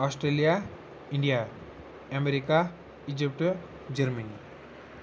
Australia India اٮ۪مرِکہ Egypt Germany